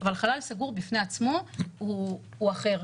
אבל חלל סגור בפני עצמו הוא אחר.